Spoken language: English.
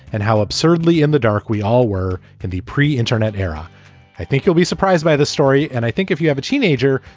and how absurdly in the dark we all were can be pre-internet era i think you'll be surprised by the story. and i think if you have a teenager,